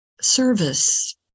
service